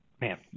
Man